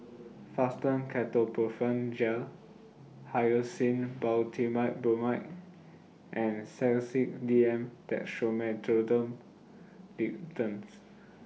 Fastum Ketoprofen Gel Hyoscine Butylbromide and Sedilix D M Dextromethorphan Linctus